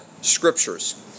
scriptures